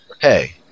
Hey